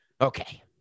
Okay